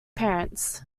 parents